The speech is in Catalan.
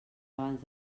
abans